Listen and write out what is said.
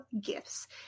gifts